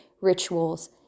rituals